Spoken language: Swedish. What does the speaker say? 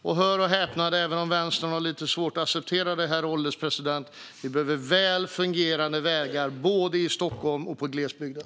Och hör och häpna: Även om Vänstern har svårt att acceptera det, herr ålderspresident, behöver vi väl fungerande vägar både i Stockholm och i glesbygden.